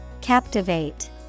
Captivate